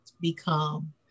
become